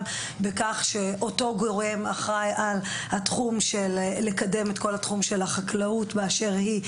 בכל שאותו גורם אחראי לקדם את כל התחום של החקלאות באשר היא,